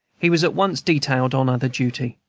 he was at once detailed on other duty.